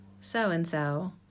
so-and-so